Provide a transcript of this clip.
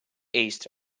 east